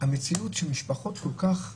המציאות היא שהמשפחות כל כך חלוקות,